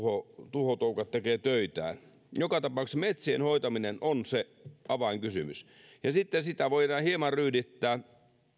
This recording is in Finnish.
tuhotoukat tekevät töitään joka tapauksessa metsien hoitaminen on se avainkysymys sitä voidaan sitten hieman ryydittää